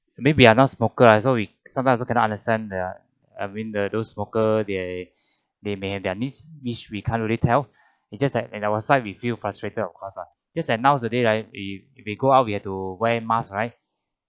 maybe we are non-smoker ah so we sometimes also cannot understand uh I mean the those smoker they they may have their needs which we can't really tell it just like in our side we feel frustrated of course ah just that nowadays right we we go out we have to wear mask right